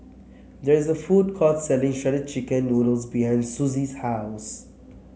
there is a food court selling Shredded Chicken Noodles behind Suzy's house